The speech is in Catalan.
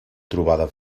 trobada